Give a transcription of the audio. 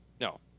No